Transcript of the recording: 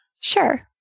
Sure